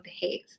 behave